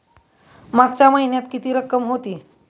मागच्या महिन्यात किती रक्कम होती?